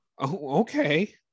Okay